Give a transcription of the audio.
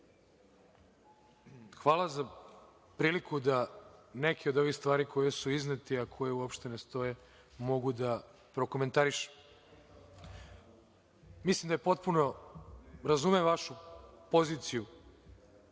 hvala za priliku da neke od ovih stvari koje su iznete, a koje uopšte ne stoje, mogu da prokomentarišem. Razumem vašu poziciju,